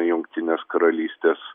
jungtinės karalystės